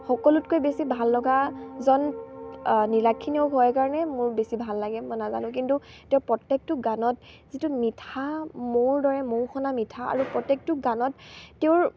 সকলোতকৈ বেছি ভাল লগা যেন নীলাক্ষী নেওগ হয় কাৰণে মোৰ বেছি ভাল লাগে মই নাজানো কিন্তু তেওঁৰ প্ৰত্যেকটো গানত যিটো মিঠা মৌৰ দৰে মৌ সনা মিঠা আৰু প্ৰত্যেকটো গানত তেওঁৰ